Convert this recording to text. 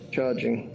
Charging